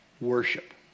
Worship